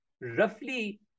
roughly